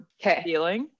Okay